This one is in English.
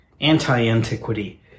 anti-antiquity